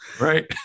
Right